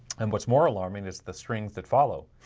and what's more alarming is the strings that follow?